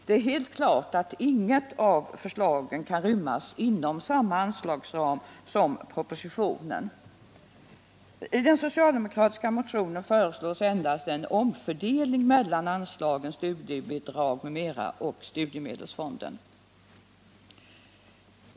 Det är helt klart att inget av förslagen kan rymmas inom samma anslagsram som den som förutsatts i propositionen. I den socialdemokratiska motionen föreslås endast en omfördelning mellan anslagen Studiebidrag m.m. och Studiemedelsfonden.